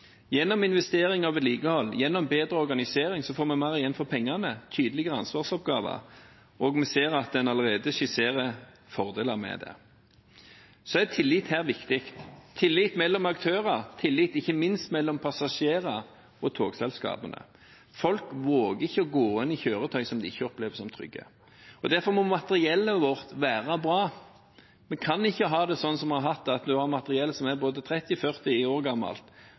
Gjennom investeringer og vedlikehold og gjennom bedre organisering får vi mer igjen for pengene, tydeligere ansvarsoppgaver, og vi ser at en allerede skisserer fordeler med det. Tillit her er viktig – tillit mellom aktører, tillit ikke minst mellom passasjerer og togselskapene. Folk våger ikke gå inn i kjøretøy som de ikke opplever som trygge. Derfor må materiellet vårt være bra. Vi kan ikke ha det slik som vi har hatt det, med materiell som er både 30 og 40 år gammelt,